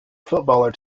footballer